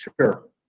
Sure